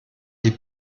die